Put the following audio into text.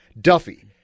Duffy